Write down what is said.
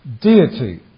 deity